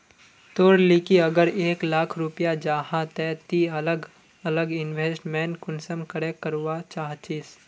तोर लिकी अगर एक लाख रुपया जाहा ते ती अलग अलग इन्वेस्टमेंट कुंसम करे करवा चाहचिस?